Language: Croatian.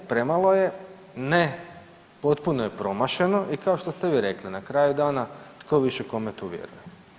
Ne, premalo je, ne, potpuno je promašeno i kao što ste vi rekli na kraju dana tko više kome tu vjeruje.